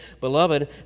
Beloved